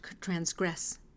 transgress